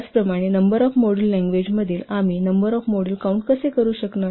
त्याचप्रमाणेनंबर of module language मधील आम्ही number of module count कसे करू शकणार